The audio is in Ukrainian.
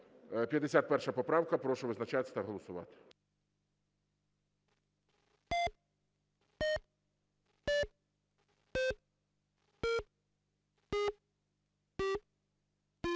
51 поправка, прошу визначатись та голосувати.